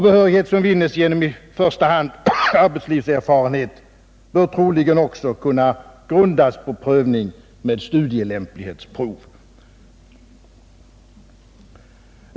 Behörighet som vinnes genom i första hand arbetslivserfarenhet bör troligen också kunna grundas på prövning genom studielämplighetsprov.